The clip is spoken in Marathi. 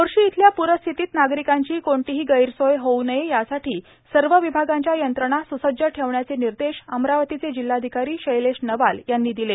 मोर्शी इथल्या प्रस्थितीत नागरिकांची कठलीही गैरसोय होऊ नये यासाठी सर्व विभागांच्या यंत्रणा सुसज्ज ठेवण्याचे निर्देश अमरावतीचे जिल्हाधिकारी शैलेश नवाल यांनी दिले